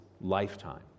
lifetime